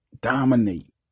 dominate